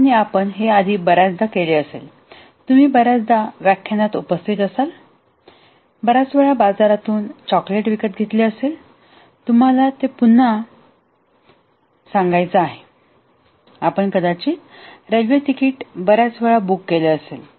आणि आपण हे आधीच बर्याचदा केले असेल तुम्ही बर्याचदा व्याख्यानात उपस्थित असाल बर्याच वेळा बाजारातून चॉकलेट विकत घेतले असेल तुम्हाला ते पुन्हा सांगायचं आहे आपण कदाचित रेल्वेचे तिकिट बर्याच वेळा बुक केले असेल